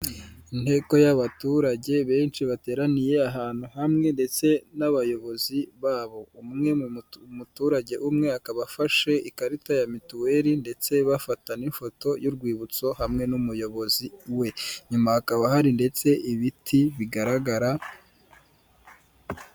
Inteko y'abaturage benshi bateraniye ahantu hamwe ndetse n'abayobozi babo, umwe umuturage umwe akaba afashe ikarita ya mituweli ndetse bafata n'ifoto y'urwibutso hamwe n'umuyobozi we, inyuma hakaba hari ndetse ibiti bigaragara.